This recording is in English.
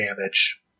damage